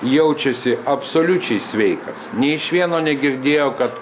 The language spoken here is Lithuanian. jaučiasi absoliučiai sveikas nė iš vieno negirdėjau kad